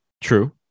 True